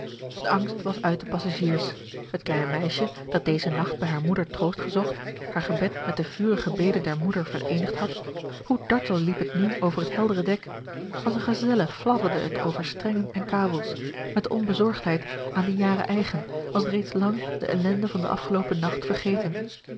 de angst was uit de passagiers het kleine meisje dat dezen nacht bij hare moeder troost gezocht haar gebed met de vurige bede der moeder vereenigd had hoe dartel liep het nu over het heldere dek als eene gazelle fladderde het over strengen en kabels met de onbezorgdheid aan die jaren eigen was het reeds lang de ellende van den afgeloopen nacht vergeten